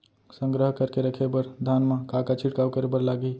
संग्रह करके रखे बर धान मा का का छिड़काव करे बर लागही?